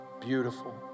beautiful